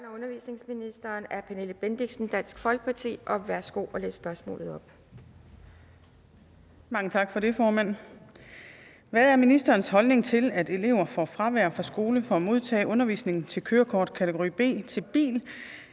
Hvad er ministerens holdning til, at elever får fravær fra skole for at modtage undervisning til kørekort til bil